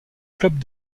club